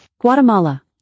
Guatemala